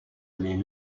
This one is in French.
les